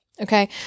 Okay